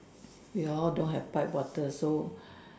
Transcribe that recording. we all don't have pipe water so